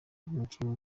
umukinnyi